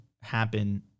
happen